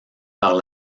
par